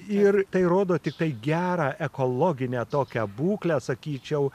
ir tai rodo tiktai gerą ekologinę tokią būklę sakyčiau